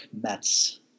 Mets